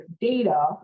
data